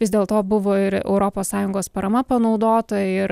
vis dėlto buvo ir europos sąjungos parama panaudota ir